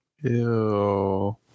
Ew